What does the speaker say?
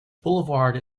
boulevard